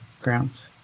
grounds